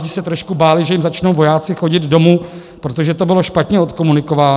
Lidi se trošku báli, že jim začnou vojáci chodit domů, protože to bylo špatně odkomunikováno.